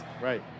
Right